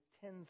ten